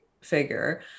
figure